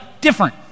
different